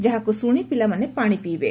ଯାହାକୁ ଶୁଶି ପିଲାମାନେ ପାଶି ପିଇବେ